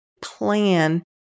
plan